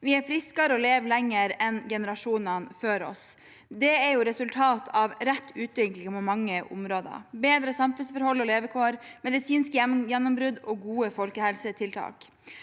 Vi er friskere og lever lenger enn generasjonene før oss. Det er resultatet av rett utvikling på mange områder: bedre samfunnsforhold og levekår, medisinske gjennombrudd og gode folkehelsetiltak.